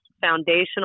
foundational